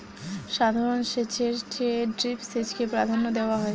সাধারণ সেচের চেয়ে ড্রিপ সেচকে প্রাধান্য দেওয়া হয়